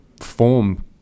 form